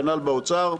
כנ"ל באוצר.